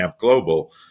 Global